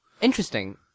interesting